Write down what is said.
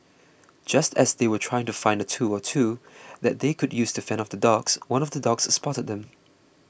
just as they were trying to find a tool or two that they could use to fend off the dogs one of the dogs spotted them